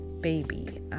baby